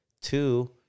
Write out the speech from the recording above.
Two